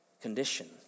condition